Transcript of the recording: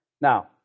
Now